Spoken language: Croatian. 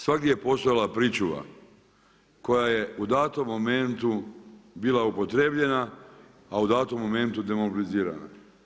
Svagdje je postojala pričuva koja je u datom momentu bila upotrebljena a u datom momentu demobilizirana.